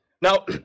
Now